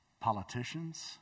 politicians